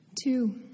Two